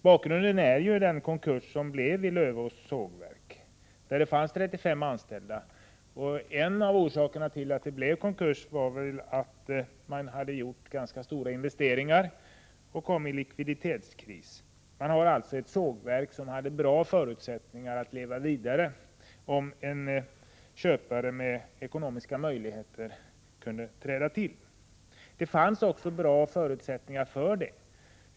Bakgrunden är den konkurs som skedde vid Lövås sågverk, med 35 anställda. En av orsakerna till konkursen var att företaget hade gjort ganska stora investeringar och därför kommit i en likviditetskris. Det var alltså ett sågverk som hade bra förutsättningar att leva vidare, om en köpare med ekonomiska resurser kunde träda till. Det fanns också goda möjligheter för detta.